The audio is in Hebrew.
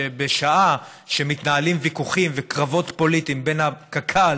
שבשעה שמתנהלים ויכוחים וקרבות פוליטיים בין קק"ל